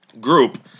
group